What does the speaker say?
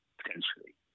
potentially